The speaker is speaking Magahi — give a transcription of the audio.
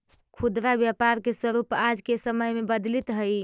खुदरा व्यापार के स्वरूप आज के समय में बदलित हइ